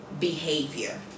behavior